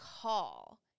call